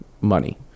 money